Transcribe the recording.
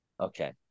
Okay